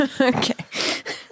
Okay